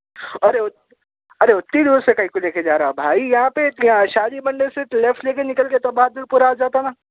ارے ارے اتنی دور سے کہے کو لے کے جا رہا ہے بھائی یہاں پہ اتنے شانی منڈل سے لیفٹ لے کے نکل کے تو بادی پورہ آ جاتا نا